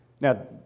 Now